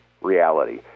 reality